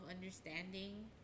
understanding